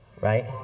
Right